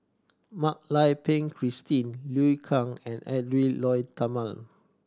Mak Lai Peng Christine Liu Kang and Edwy Lyonet Talma